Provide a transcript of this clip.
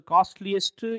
Costliest